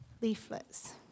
leaflets